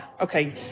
okay